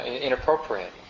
inappropriate